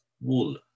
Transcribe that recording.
Wool